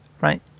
right